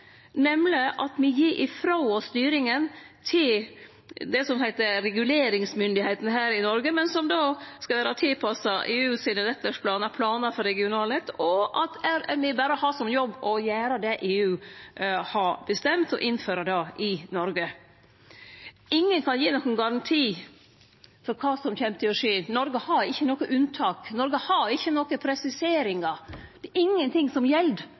nemleg at me gir frå oss styringa til det som heiter reguleringsmyndigheitene her i Noreg, men som skal vere tilpassa EUs nettverksplaner og planer for regionale nett, og at RME berre vil ha som jobb å gjere det som EU har bestemt, og innføre det i Noreg. Ingen kan gi nokon garanti for kva som kjem til å skje. Noreg har ikkje noko unntak, Noreg har ikkje nokon presiseringar. Det er ingenting som gjeld